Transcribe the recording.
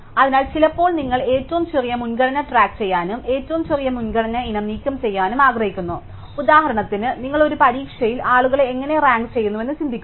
അതിനാൽ ചിലപ്പോൾ നിങ്ങൾ ഏറ്റവും ചെറിയ മുൻഗണന ട്രാക്ക് ചെയ്യാനും ഏറ്റവും ചെറിയ മുൻഗണന ഇനം നീക്കം ചെയ്യാനും ആഗ്രഹിക്കുന്നു ഉദാഹരണത്തിന് നിങ്ങൾ ഒരു പരീക്ഷയിൽ ആളുകളെ എങ്ങനെ റാങ്ക് ചെയ്യുന്നുവെന്ന് ചിന്തിക്കുക